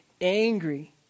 angry